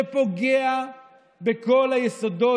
של תקציב קפיטליסטי חזירי שפוגע בכל היסודות